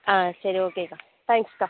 ஆ சரி ஓகேக்கா தேங்ஸ்க்கா